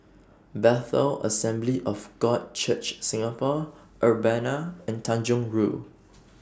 Bethel Assembly of God Church Singapore Urbana and Tanjong Rhu